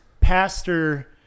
pastor